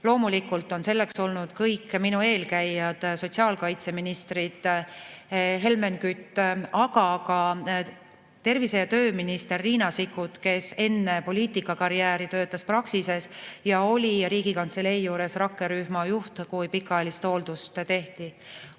Loomulikult on sellesse panustanud kõik minu eelkäijad sotsiaalkaitseministrid, [eelkõige] Helmen Kütt, aga ka tervise- ja tööminister Riina Sikkut, kes enne poliitikukarjääri töötas Praxises ja oli Riigikantselei rakkerühma juht, kui pikaajalist hooldust